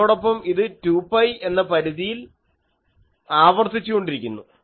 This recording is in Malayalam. അതോടൊപ്പം ഇത് 2 പൈ എന്ന പരിധിയിൽ ആവർത്തിച്ചുകൊണ്ടിരിക്കുന്നു